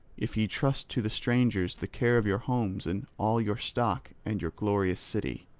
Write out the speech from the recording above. if ye trust to the strangers the care of your homes and all your stock and your glorious city.